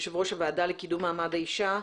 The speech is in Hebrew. יושב ראש הוועדה לקידום מעמד האישה,